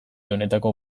honetako